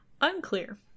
Unclear